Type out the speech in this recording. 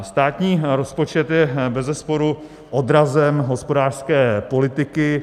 Státní rozpočet je bezesporu odrazem hospodářské politiky.